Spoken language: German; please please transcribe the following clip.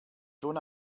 schon